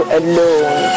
alone